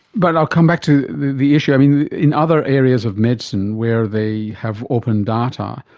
but i'll come back to the the issue, in other areas of medicine where they have open data,